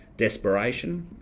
desperation